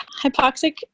hypoxic